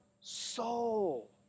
soul